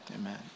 amen